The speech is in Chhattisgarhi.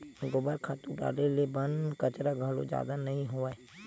गोबर खातू डारे ले बन कचरा घलो जादा नइ होवय